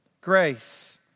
grace